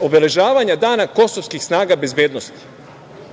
obeležavanja dana kosovskih snaga bezbednosti